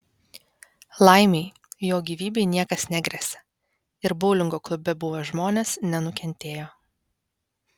laimei jo gyvybei niekas negresia ir boulingo klube buvę žmonės nenukentėjo